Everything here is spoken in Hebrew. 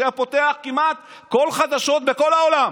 שהיה פותח כמעט כל חדשות בכל העולם,